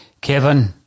Kevin